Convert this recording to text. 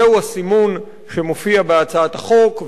זהו הסימון שמופיע בהצעת החוק,